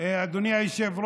מענק ושיפור